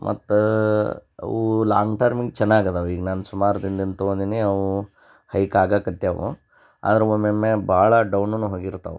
ಮತ್ತು ಅವು ಲಾಂಗ್ ಟರ್ಮಿಗೆ ಚೆನ್ನಾಗದಾವೆ ಈಗ ನಾನು ಸುಮಾರು ದಿನ್ದಿಂದ ತೊಗೊಂಡಿನಿ ಅವು ಹೈಕ್ ಆಗಕತ್ಯಾವೆ ಆದ್ರೆ ಒಮ್ಮೊಮ್ಮೆ ಭಾಳ ಡೌನೂನು ಹೋಗಿರ್ತವೆ